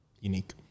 unique